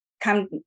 come